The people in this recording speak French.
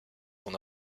son